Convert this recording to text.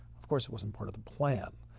of course, it wasn't part of the plan.